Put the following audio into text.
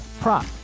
prop